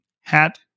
hat